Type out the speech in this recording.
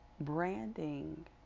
branding